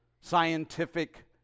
scientific